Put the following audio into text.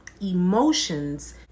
emotions